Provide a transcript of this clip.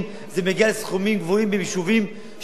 זה מגיע לסכומים גבוהים ביישובים שעד לפני